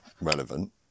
relevant